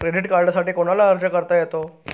Credit कार्डसाठी कोणाला अर्ज करता येतो?